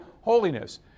holiness